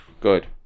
Good